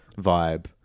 vibe